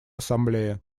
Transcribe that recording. ассамблеи